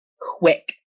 quick